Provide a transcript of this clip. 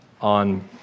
on